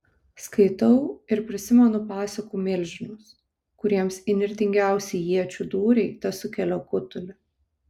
skaitau ir prisimenu pasakų milžinus kuriems įnirtingiausi iečių dūriai tesukelia kutulį